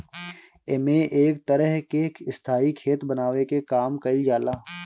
एमे एक तरह के स्थाई खेत बनावे के काम कईल जाला